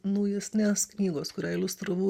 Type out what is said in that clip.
naujesnės knygos kurią iliustravau